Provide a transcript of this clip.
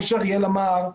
כמו שאריאל אמר,